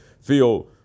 feel